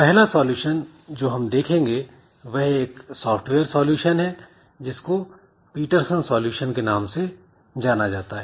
पहला सॉल्यूशन जो हम देखेंगे वह एक सॉफ्टवेयर सॉल्यूशन है जिसको पीटरसन सॉल्यूशन Peterson's Solution के नाम से जाना जाता है